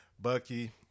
Bucky